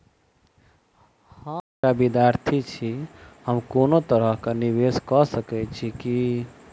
हम एकटा विधार्थी छी, हम कोनो तरह कऽ निवेश कऽ सकय छी की?